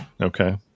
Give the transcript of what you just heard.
Okay